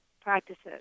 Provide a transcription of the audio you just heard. Practices